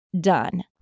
done